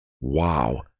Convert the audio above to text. Wow